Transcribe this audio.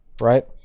right